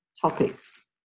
topics